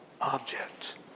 object